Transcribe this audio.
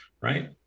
right